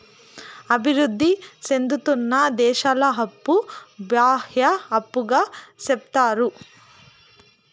అభివృద్ధి సేందుతున్న దేశాల అప్పు బాహ్య అప్పుగా సెప్తారు